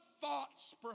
thoughts